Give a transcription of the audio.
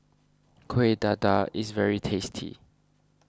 Kueh Dadar is very tasty